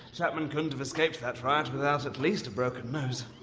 chapman couldn't have escaped that riot without at least a broken nose.